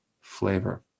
flavor